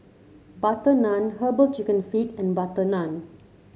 butter naan herbal chicken feet and butter naan